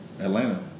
Atlanta